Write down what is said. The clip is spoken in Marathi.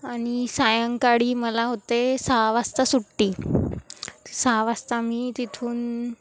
आणि सायंकाळी मला होते सहा वाजता सुट्टी सहा वाजता मी तिथून